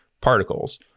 particles